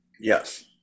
Yes